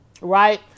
right